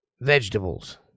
vegetables